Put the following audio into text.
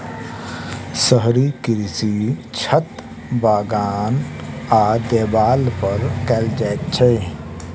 शहरी कृषि छत, बगान आ देबाल पर कयल जाइत छै